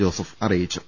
Joseph അറിയിച്ചു